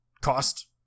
cost